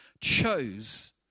chose